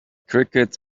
crickets